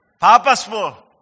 Purposeful